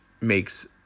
makes